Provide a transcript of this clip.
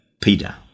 Peter